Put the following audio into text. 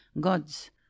gods